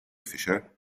fisher